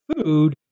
food